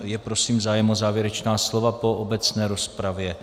Je prosím zájem o závěrečná slova po obecné rozpravě?